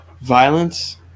violence